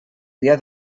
dia